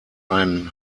ein